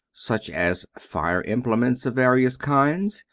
such as fire implements of various kinds,